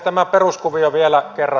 tämä peruskuvio vielä kerran